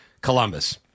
Columbus